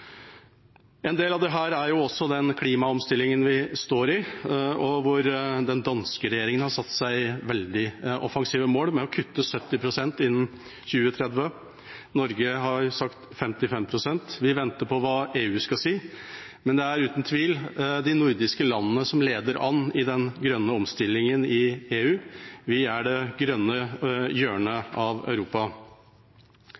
En del av dette er også den klimaomstillingen vi står i, hvor den danske regjeringa har satt seg veldig offensive mål med å kutte 70 pst. innen 2030. Norge har sagt 55 pst. Vi venter på hva EU skal si. Men det er uten tvil de nordiske landene som leder an i den grønne omstillingen i EU. Vi er det grønne